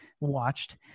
watched